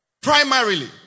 primarily